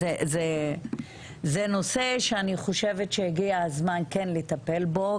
זה נושא שאני חושבת שהגיע הזמן לטפל בו.